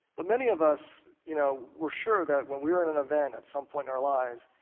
but many of us you know were sure that when we were in an event at some point in our lives,